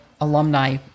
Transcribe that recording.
alumni